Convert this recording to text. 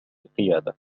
القيادة